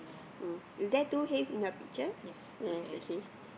um is there two hays in your picture yes okay